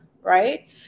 right